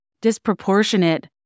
disproportionate